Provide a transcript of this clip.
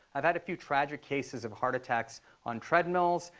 i've had a few tragic cases of heart attacks on treadmills.